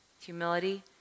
Humility